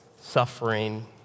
suffering